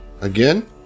again